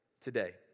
today